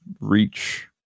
Reach